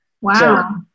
wow